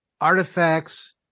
artifacts